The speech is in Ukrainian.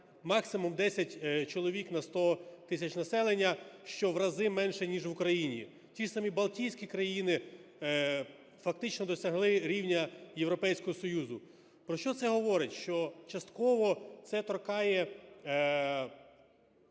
максимум 10 чоловік на 100 тисяч населення, що в рази менше, ніж в Україні. Ті самі балтійські країни, фактично, досягли рівня Європейського Союзу. Про що це говорить? Що частково це торкає